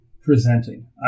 presenting